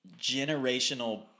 generational